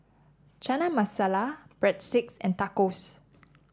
Chana Masala Breadsticks and Tacos